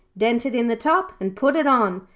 dented in the top, and put it on.